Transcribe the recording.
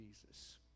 Jesus